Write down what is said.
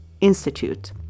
Institute